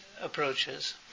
approaches